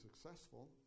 successful